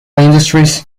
industries